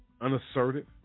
unassertive